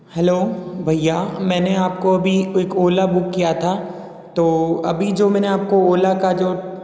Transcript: hello भईया मैंने आप को अभी एक ओला बुक किया था तो अभी जो मैंने आप को ओला का जो